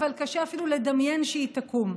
אבל קשה אפילו לדמיין שהיא תקום.